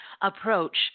approach